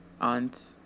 aunt